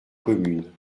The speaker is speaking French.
communes